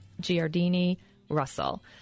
Giardini-Russell